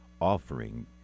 offering